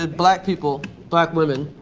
ah black people, black women,